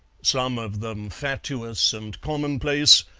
some of them fatuous and commonplace,